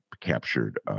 captured